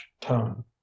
tone